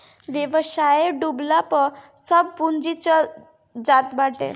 व्यवसाय डूबला पअ सब पूंजी चल जात बाटे